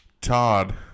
Todd